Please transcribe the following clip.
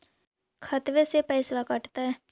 खतबे से पैसबा कटतय?